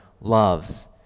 loves